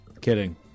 Kidding